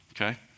Okay